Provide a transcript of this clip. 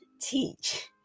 teach